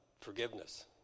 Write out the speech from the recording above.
forgiveness